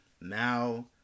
Now